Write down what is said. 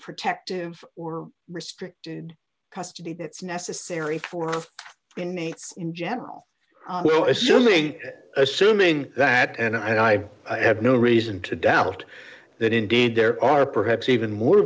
protective or restricted custody that's necessary for inmates in general assuming assuming that and i have no reason to doubt that indeed there are perhaps even more